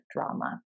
drama